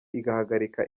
igahagarika